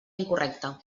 incorrecta